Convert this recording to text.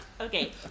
Okay